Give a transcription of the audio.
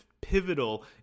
pivotal